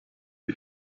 die